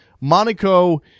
Monaco